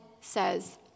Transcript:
says